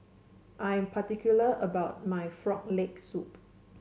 I'm particular about my Frog Leg Soup